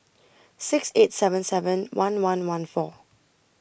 six eight seven seven one one one four